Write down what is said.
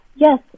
Yes